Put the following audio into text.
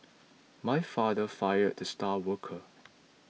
my father fired the star worker